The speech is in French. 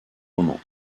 moment